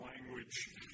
language